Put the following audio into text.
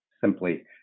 Simply